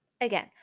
Again